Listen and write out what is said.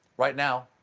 right now,